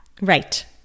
Right